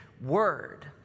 word